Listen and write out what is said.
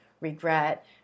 regret